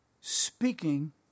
speaking